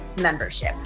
membership